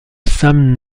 sam